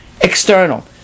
external